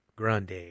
Grande